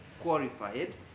qualified